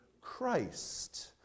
Christ